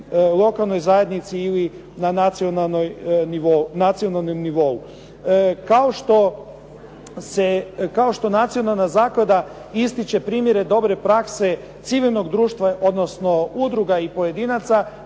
lokalnoj zajednici ili na nacionalnom nivou. Kao što se, kao što nacionalna zaklada ističe primjere dobre prakse civilnog društva, odnosno udruga i pojedinaca